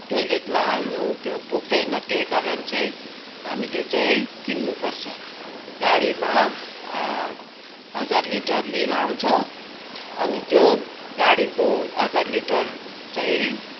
टोइलेटमा हाल्नु त्यो पुग्दैन त्यही कारण चाहिँ हामीले चाहिँ किन्नु पर्छ गाडीमा हजार लिटर लिएर आउँछ अनि त्यो गाडीको हजार लिटर चाहिँ